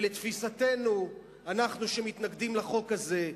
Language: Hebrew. לתפיסתנו, אנחנו שמתנגדים לחוק הזה,